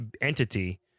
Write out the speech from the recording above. entity